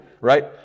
right